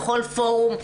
בכל פורום.